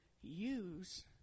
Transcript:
use